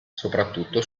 soprattutto